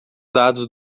dados